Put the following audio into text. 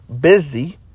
busy